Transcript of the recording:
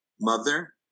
mother